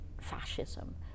fascism